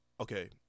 Okay